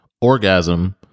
orgasm